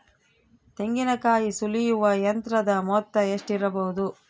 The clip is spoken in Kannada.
ತೆಂಗಿನಕಾಯಿ ಸುಲಿಯುವ ಯಂತ್ರದ ಮೊತ್ತ ಎಷ್ಟಿರಬಹುದು?